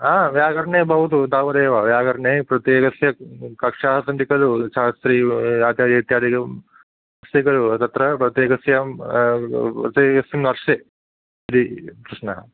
हा व्याकरणे भवतु तावदेव व्याकरणे प्रत्येकस्य कक्षाः सन्ति खलु शास्त्री आचार्य इत्यादिकम् अस्ति खलु तत्र प्रत्येकस्यां प्रत्येकस्मिन् वर्षे इति प्रश्नः